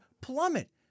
plummet